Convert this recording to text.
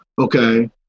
okay